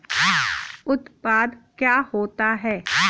उत्पाद क्या होता है?